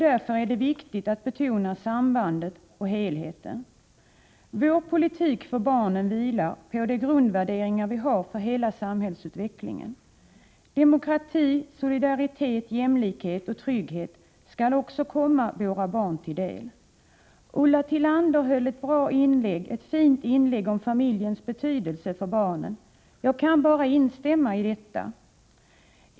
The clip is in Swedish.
Därför är det viktigt att betona sambandet och helheten. Vår politik för barnen vilar på de grundvärderingar som vi har när det gäller hela samhällsutvecklingen. Demokrati, solidaritet, jämlikhet och trygghet skall också komma våra barn till del. Ulla Tillander gjorde ett fint inlägg om familjens betydelse för barnen. Jag kan bara instämma i detta.